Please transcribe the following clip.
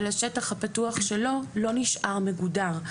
אבל השטח הפתוח שלו לא נשאר מגודר.